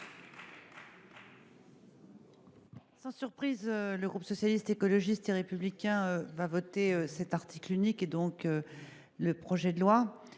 Sans surprise, le groupe Socialiste, Écologiste et Républicain votera cet article unique et donc le projet de loi.